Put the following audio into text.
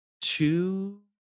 two